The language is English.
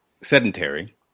sedentary